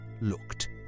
looked